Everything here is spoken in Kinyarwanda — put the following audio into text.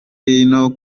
hino